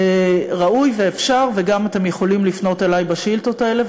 ראוי ואפשר וגם אתם יכולים לפנות אלי בשאילתות האלה,